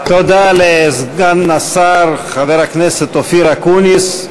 תודה לסגן השר חבר הכנסת אופיר אקוניס,